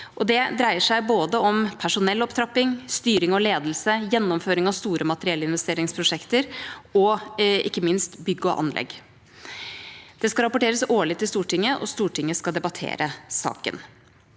Det dreier seg både om personellopptrapping, styring og ledelse, gjennomføring av store materiellinvesteringsprosjekter og ikke minst bygg og anlegg. Det skal rapporteres årlig til Stortinget, og Stortinget skal debattere saken.